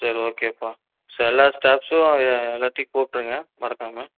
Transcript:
சரி ஓகேப்பா ஸோ எல்லா ஸ்டாஃப்ஸும் எல்லாத்தையும் கூப்பிட்ருங்க மறக்காமல்